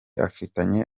afitanye